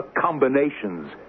combinations